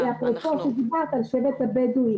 אפרופו, דיברת על שבט הבדואים,